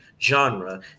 genre